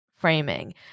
framing